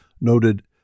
noted